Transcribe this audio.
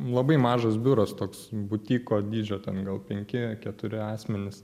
labai mažas biuras toks butiko dydžio ten gal penki keturi asmenys